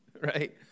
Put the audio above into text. right